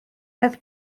peth